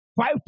five